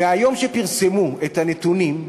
מהיום שפרסמו את הנתונים,